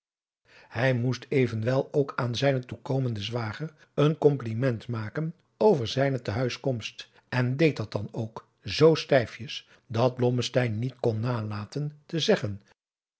hij moest evenwel ook aan zijnen toekomenden zwager een kompliment maken over zijne te huiskomst en deed dat dan ook zoo stijfjes dat blommesteyn niet kon nalaten te zeggen